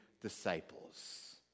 disciples